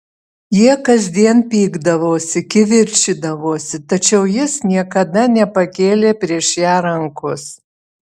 jie kasdien pykdavosi kivirčydavosi tačiau jis niekada nepakėlė prieš ją rankos